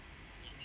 mm